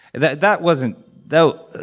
that that wasn't though,